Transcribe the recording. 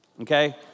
okay